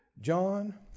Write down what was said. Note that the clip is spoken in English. John